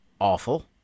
awful